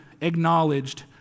acknowledged